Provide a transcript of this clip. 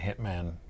hitman